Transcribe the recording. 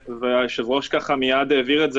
והיושב-ראש מייד העביר את זה,